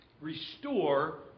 restore